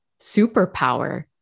superpower